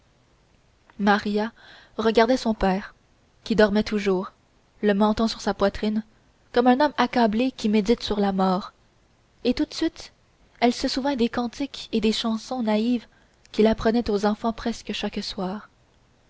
maria regardait son père qui dormait toujours le menton sur sa poitrine comme un homme accablé qui médite sur la mort et tout de suite elle se souvint des cantiques et des chansons naïves qu'il apprenait aux enfants presque chaque soir